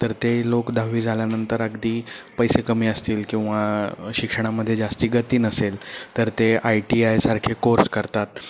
तर ते लोक दहावी झाल्यानंतर अगदी पैसे कमी असतील किंवा शिक्षणामध्ये जास्त गती नसेल तर ते आय टी आयसारखे कोर्स करतात